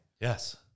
Yes